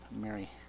Mary